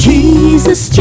Jesus